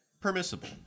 Permissible